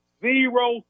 Zero